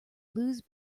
lose